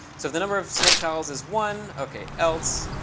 so if the number of snake tiles is one, ok, else.